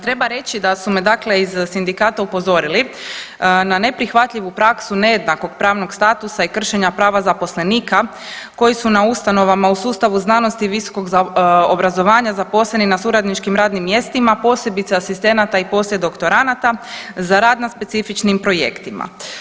Treba reći da su me dakle iz sindikata upozorili na neprihvatljivu praksu nejednakog pravnog statusa i kršenja prava zaposlenika koji su na ustanovama u sustavu znanosti visokog obrazovanja zaposleni na suradničkim radnim mjestima, posebice asistenata i poslijedoktoranada, za rad na specifičnim projektima.